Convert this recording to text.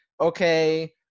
okay